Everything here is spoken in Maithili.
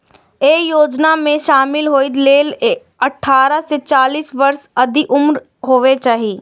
अय योजना मे शामिल होइ लेल अट्ठारह सं चालीस वर्ष धरि उम्र हेबाक चाही